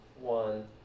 one